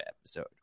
episode